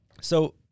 So-